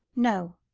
no.